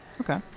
Okay